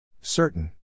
Certain